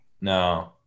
No